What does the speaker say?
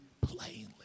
plainly